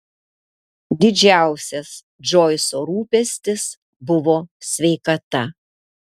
didžiausias džoiso rūpestis buvo sveikata